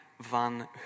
Van